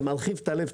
זה מרחיב את הלב.